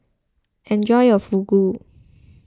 enjoy your Fugu